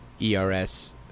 ERS